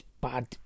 bad